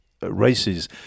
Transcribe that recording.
Races